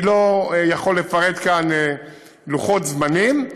אני לא יכול לפרט כאן לוחות זמנים,